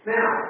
Now